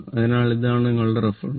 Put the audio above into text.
അതിനാൽ ഇതാണ് നിങ്ങളുടെ റഫറൻസ്